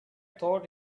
thought